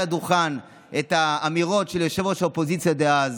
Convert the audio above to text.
לדוכן את האמירות של ראש האופוזיציה דאז,